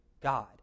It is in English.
God